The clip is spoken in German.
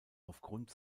aufgrund